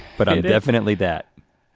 but i'm definitely that.